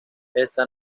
esta